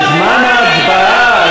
בזמן ההצבעה,